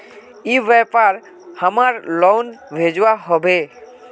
ई व्यापार हमार लोन भेजुआ हभे?